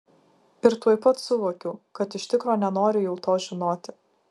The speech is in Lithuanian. ir tuoj pat suvokiau kad iš tikro nenoriu jau to žinoti